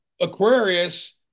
aquarius